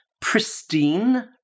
pristine